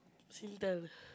Singtel